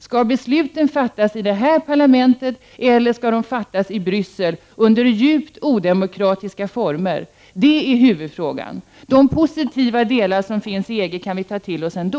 Skall besluten fattas i vårt parlament eller skall de fattas i Bryssel i djupt odemokratiska former? De positiva delar som finns i EG kan vi ta till oss ändå.